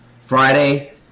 Friday